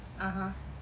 (uh huh)